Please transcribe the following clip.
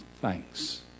thanks